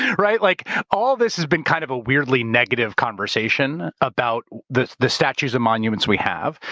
right? like all this has been kind of a weirdly negative conversation about the the statues and monuments we have.